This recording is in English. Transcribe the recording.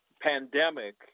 pandemic